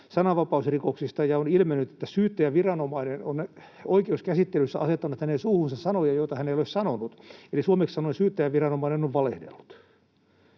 sananvapausrikoksista ja on ilmennyt, että syyttäjäviranomainen on oikeuskäsittelyssä asettanut hänen suuhunsa sanoja, joita hän ei ole sanonut. Eli suomeksi sanoen: syyttäjäviranomainen on valehdellut.